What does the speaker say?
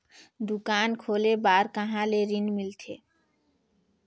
दुकान खोले बार कहा ले ऋण मिलथे?